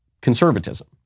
conservatism